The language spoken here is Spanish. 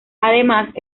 además